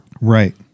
Right